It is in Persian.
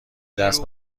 دست